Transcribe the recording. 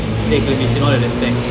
recognition all the respect